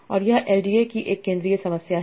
और यह एलडीए की एक केंद्रीय समस्या है